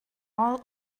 all